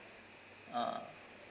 ah